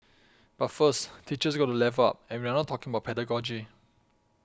but first teachers got to level up and we are not talking about pedagogy